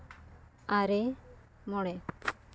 ᱟᱨᱮ ᱢᱚᱬᱮ